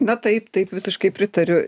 na taip taip visiškai pritariu